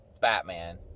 Batman